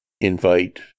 invite